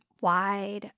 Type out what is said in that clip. wide